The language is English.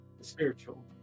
spiritual